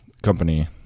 company